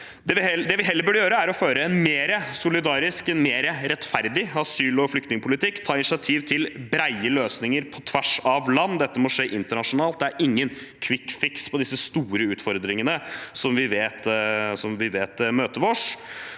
Det vi heller burde gjøre, er å føre en mer solidarisk, mer rettferdig asyl- og flyktningpolitikk, ta initiativ til brede løsninger på tvers av land. Dette må skje internasjonalt. Det er ingen kvikkfiks på disse store utfordringene vi vet møter oss.